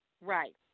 Right